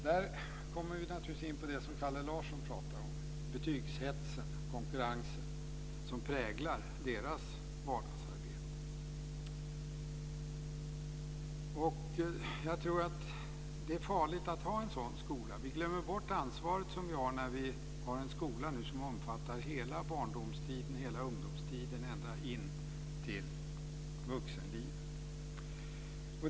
Där kommer vi naturligtvis in på det som Kalle Larsson pratade om, betygshetsen och konkurrensen som präglar deras vardagsarbete. Jag tror att det är farligt att ha en sådan skola. Vi glömmer bort det ansvar som vi har när vi nu har en skola som omfattar hela barndomstiden, hela ungdomstiden ända in i vuxenlivet.